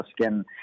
skin